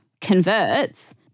converts